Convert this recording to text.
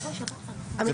חברים.